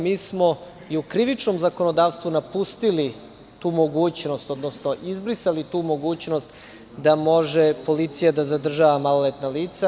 Mi smo i u Krivičnom zakonodavstvu napustili tu mogućnost, odnosno izbrisali tu mogućnost da može policija da zadržava maloletna lica.